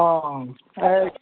অঁ